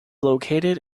located